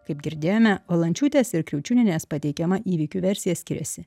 kaip girdėjome valančiūtės ir kriaučiūnienės pateikiamą įvykių versija skiriasi